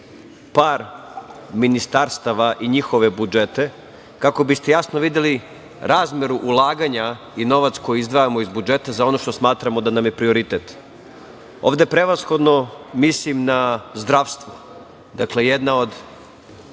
par ministarstava i njihove budžete, kako biste jasno videli razmeru ulaganja i novac koji izdvajamo iz budžeta za ono što smatramo da nam je prioritet. Ovde prevashodno mislim na zdravstvo. Dakle, jedna od